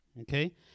Okay